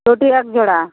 চটি একজোড়া